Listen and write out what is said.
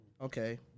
Okay